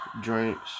drinks